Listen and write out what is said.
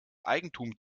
eigentum